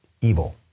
Evil